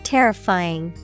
Terrifying